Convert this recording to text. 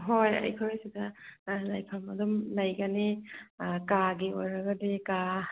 ꯍꯣꯏ ꯑꯩꯈꯣꯏꯁꯤꯗ ꯂꯩꯐꯝ ꯑꯗꯨꯝꯂꯩꯒꯅꯤ ꯀꯥꯒꯤ ꯑꯣꯏꯔꯒꯗꯤ ꯀꯥ